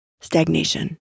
stagnation